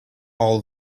all